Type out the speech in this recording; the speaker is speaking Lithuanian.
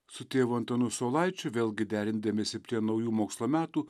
su tėvu antanu saulaičiu vėlgi derindamiesi prie naujų mokslo metų